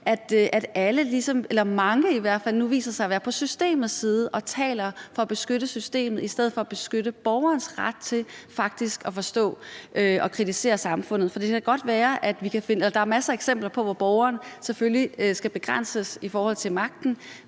borgerens side, at i hvert fald mange nu viser sig at være på systemets side og taler for at beskytte systemet i stedet for at beskytte borgerens ret til faktisk at forstå og kritisere samfundet. Der er masser af eksempler på, at borgeren selvfølgelig skal begrænses i forhold til magten,